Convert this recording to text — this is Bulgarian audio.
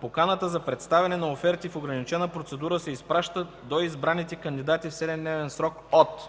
Поканата за представяне на оферти в ограничената процедура се изпраща до избраните кандидати в 7-дневен срок от: